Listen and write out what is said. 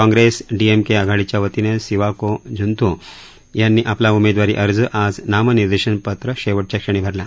काँप्रेस डीएमके आघाडीच्या वतीनं सिवाको झंथू यांनी आपला उमेदवारी अर्ज आज नामनिर्देशन पात्र शेवटच्या क्षणी भरला